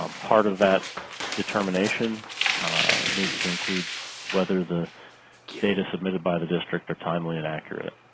um part of that determination needs to include whether the data submitted by the district are timely and accurate.